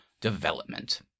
development